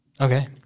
Okay